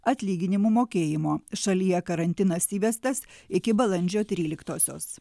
atlyginimų mokėjimo šalyje karantinas įvestas iki balandžio tryliktosios